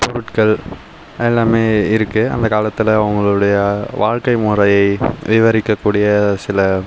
பொருட்கள் எல்லாமே இருக்குது அந்த காலத்தில் அவங்களுடைய வாழ்கை முறை விவரிக்க கூடிய சில